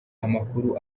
amakuru